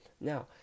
Now